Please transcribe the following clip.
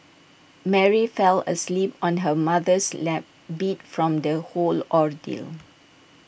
Mary fell asleep on her mother's lap beat from the whole ordeal